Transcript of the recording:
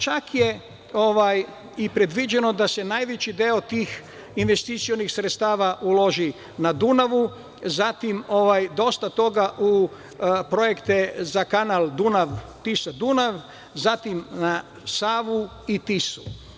Čak je i predviđeno da se najveći deo tih investicionih sredstava uloži na Dunavu, zatim dosta toga u projekte za kanal Dunav-Tisa-Dunav, zatim na Savu i Tisu.